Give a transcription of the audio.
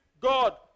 God